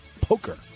poker